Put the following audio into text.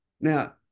Now